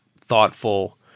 thoughtful